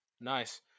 nice